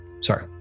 sorry